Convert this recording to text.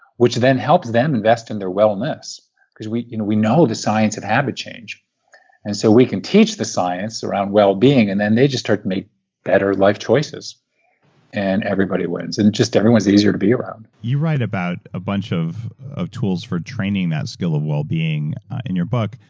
which then helps them invest in their wellness because we you know we know the science of habit change and so we can teach the science around wellbeing. and then they just start to make better life choices and everybody wins and just everyone's easier to be around. you write about a bunch of of tools for training that skill of wellbeing in your book,